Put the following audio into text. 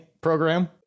program